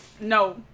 no